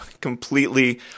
completely